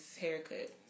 haircut